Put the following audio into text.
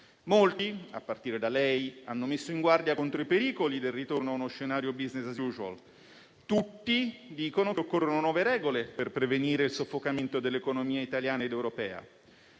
Molti, a partire da lei, hanno messo in guardia contro i pericoli del ritorno a uno scenario *business as usual*. Tutti dicono che occorrono nuove regole per prevenire il soffocamento dell'economia italiana ed europea,